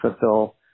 fulfill